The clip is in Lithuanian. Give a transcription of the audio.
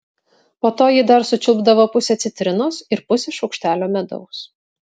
po to ji dar sučiulpdavo pusę citrinos ir pusę šaukštelio medaus